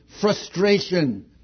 frustration